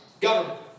government